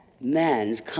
Man's